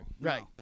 Right